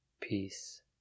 peace